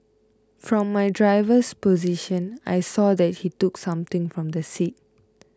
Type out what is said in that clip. from my driver's position I saw that he took something from the seat